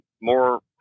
more